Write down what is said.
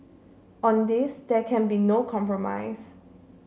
on this there can be no compromise